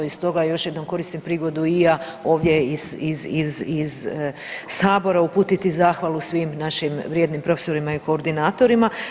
I stoga još jednom koristim prigodu i ja ovdje iz Sabora uputiti zahvalu svim našim vrijednim profesorima i koordinatorima.